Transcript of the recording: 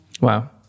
Wow